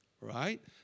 Right